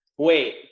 Wait